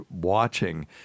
watching